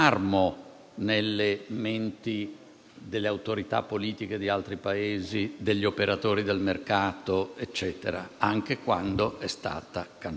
nelle menti delle autorità politiche di altri Paesi e degli operatori del mercato, anche quando è stata cancellata.